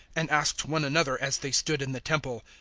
and asked one another as they stood in the temple,